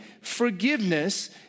forgiveness